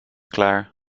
klaar